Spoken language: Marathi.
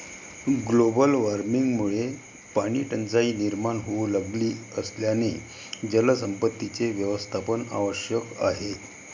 ग्लोबल वॉर्मिंगमुळे पाणीटंचाई निर्माण होऊ लागली असल्याने जलसंपत्तीचे व्यवस्थापन आवश्यक आहे